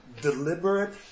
deliberate